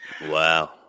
Wow